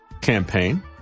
campaign